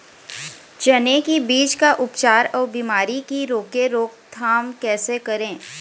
चने की बीज का उपचार अउ बीमारी की रोके रोकथाम कैसे करें?